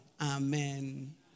Amen